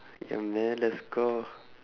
ya man let's go